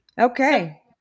Okay